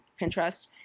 Pinterest